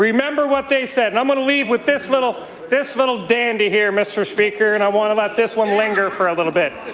remember what they said. i'm going to leave with this little this little dandy here, mr. speaker. and i want to let this one linger for a little bit.